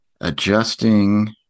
adjusting